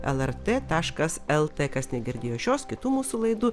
el er t taškas el t kas negirdėjo šios kitų mūsų laidų